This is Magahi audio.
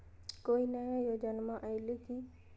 कोइ नया योजनामा आइले की?